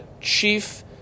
chief